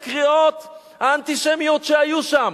אל תגידו את הקריאות האנטישמיות שהיו שם,